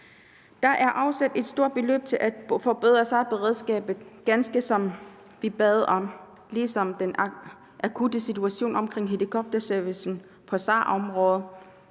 Der er afsat et stort beløb til at forbedre SAR-beredskabet, ganske som vi bad om, ligesom den akutte situation omkring helikoptereservicen på SAR-området